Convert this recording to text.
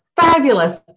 fabulous